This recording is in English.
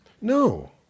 no